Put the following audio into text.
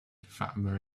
fatima